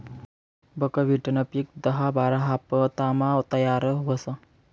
बकव्हिटनं पिक दहा बारा हाफतामा तयार व्हस